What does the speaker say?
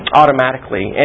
automatically